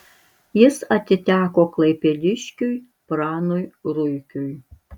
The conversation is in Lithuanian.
jis atiteko klaipėdiškiui pranui ruikiui